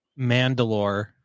Mandalore